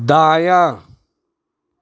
دایاں